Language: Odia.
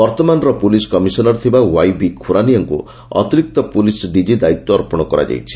ବର୍ଉମାନର ପୁଲିସ କମିଶନର ଥିବା ୱାଇ ବି ଖୁରାନିଆଙ୍କୁ ଅତିରିକ୍ତ ପୁଲିସ ଡିଜି ଦାୟିତ୍ ଅର୍ପଣ କରାଯାଇଛି